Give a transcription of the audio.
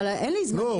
אבל אין לי -- לא,